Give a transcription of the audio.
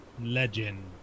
Legend